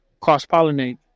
cross-pollinate